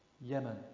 Yemen